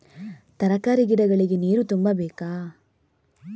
ತರಕಾರಿ ಗಿಡಗಳಿಗೆ ನೀರು ತುಂಬಬೇಕಾ?